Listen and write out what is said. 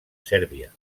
sèrbia